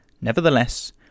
nevertheless